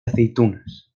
aceitunas